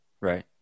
Right